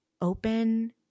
open